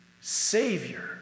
Savior